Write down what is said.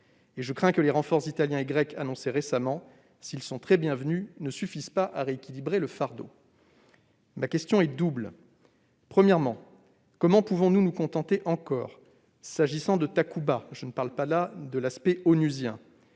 Je crains que les renforts italiens et grecs annoncés récemment, s'ils sont très bienvenus, ne suffisent pas à rééquilibrer le fardeau. Ma question est double. Premièrement, comment pouvons-nous nous contenter encore, s'agissant de Takuba, du simple soutien